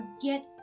forget